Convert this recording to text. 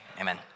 amen